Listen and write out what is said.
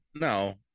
no